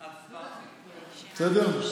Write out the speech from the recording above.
בסדר?